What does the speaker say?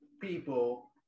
people